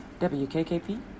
WKKP